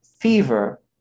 fever